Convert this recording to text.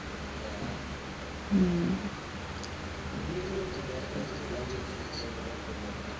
mm